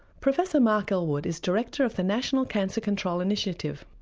professor mark elwood is director of the national cancer control initiative.